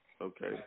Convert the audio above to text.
Okay